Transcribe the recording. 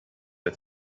der